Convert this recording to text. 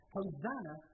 Hosanna